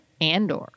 Andor